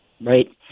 right